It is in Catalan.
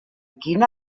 quina